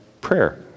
prayer